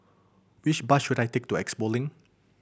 which bus should I take to Expo Link